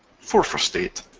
four for state,